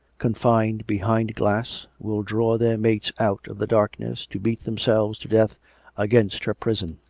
confined behind glass, will draw their mates out of the darkness to beat themselves to death against her prison